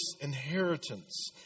inheritance